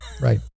Right